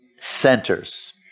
centers